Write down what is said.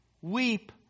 weep